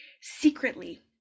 secretly